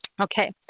Okay